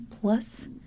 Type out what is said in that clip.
Plus